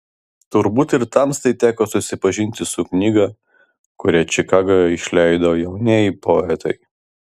turbūt ir tamstai teko susipažinti su knyga kurią čikagoje išleido jaunieji poetai